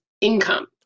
income